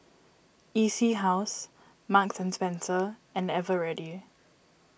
E C House Marks and Spencer and Eveready